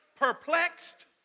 Perplexed